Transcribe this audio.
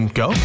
go